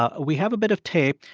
ah we have a bit of tape.